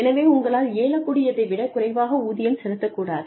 எனவே உங்களால் இயலக்கூடியதை விடக் குறைவாக ஊதியம் செலுத்தக்கூடாது